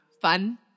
fun